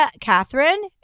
Catherine